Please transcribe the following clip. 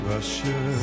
Russia